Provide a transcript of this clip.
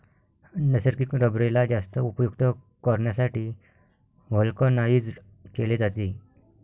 नैसर्गिक रबरेला जास्त उपयुक्त करण्यासाठी व्हल्कनाइज्ड केले जाते